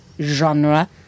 genre